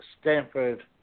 Stanford